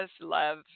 love